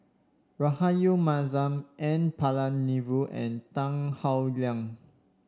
Rahayu Mahzam N Palanivelu and Tan Howe Liang